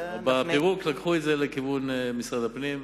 בפירוק לקחו את זה למשרד הפנים,